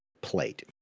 plate